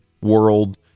world